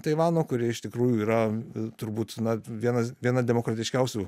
taivano kuri iš tikrųjų yra turbūt na vienas viena demokratiškiausių